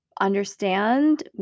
understand